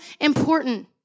important